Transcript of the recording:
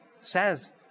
says